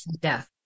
death